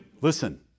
listen